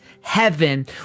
heaven